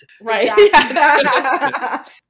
right